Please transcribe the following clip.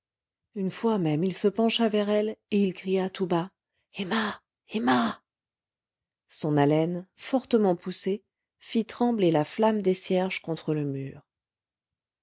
une fois même il se pencha vers elle et il cria tout bas emma emma son haleine fortement poussée fit trembler la flamme des cierges contre le mur